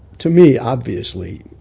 to me, obviously,